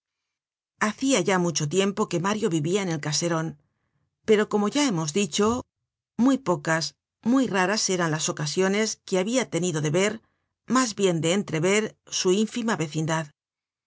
hacia ya mucho tiempo que mario vivia en el caseron pero como ya hemos dicho muy pocas muy raras eran las ocasiones que habia tenido de ver mas bien de entrever su ínfima vecindad